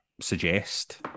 suggest